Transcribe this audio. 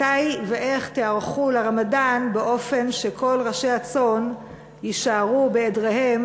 מתי ואיך תיערכו לרמדאן באופן שכל ראשי הצאן יישארו בעדריהם,